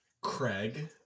craig